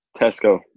Tesco